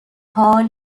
حال